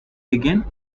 again